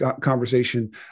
conversation